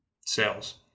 sales